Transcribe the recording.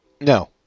No